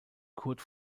kurt